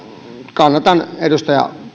kannatan edustaja